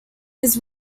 his